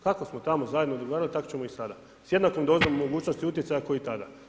Kako smo tamo zajedno drugarali, tak ćemo i sada s jednakom dozom mogućnošću utjecaja ko i tada.